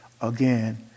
Again